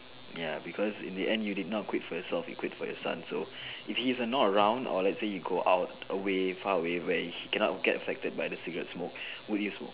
ya because in the end you did not quit for yourself you quit for you son so if he is not around or lets say you go out away far away where he cannot get affected by the cigarette smoke would you smoke